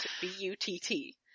B-U-T-T